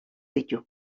ditu